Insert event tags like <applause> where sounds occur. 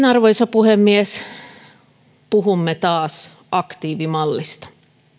<unintelligible> arvoisa puhemies puhumme taas aktiivimallista